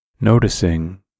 Noticing